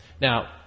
Now